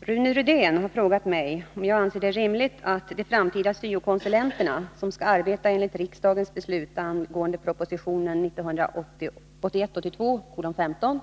Herr talman! Rune Rydén har frågat mig om jag anser det rimligt att de framtida syo-konsulenterna, som skall arbeta enligt riksdagens beslut angående proposition 1981 82:6),